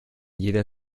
jeder